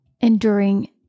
enduring